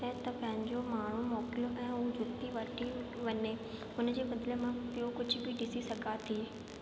ऐं तव्हां पहिंजो माण्हू मोकिलियो ऐं हूअ जुती वठी वञे उन जे बदले मां ॿियो कुझु बि ॾिसी सघां थी